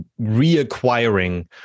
reacquiring